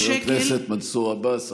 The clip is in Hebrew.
חבר הכנסת מנסור עבאס,